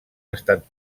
estat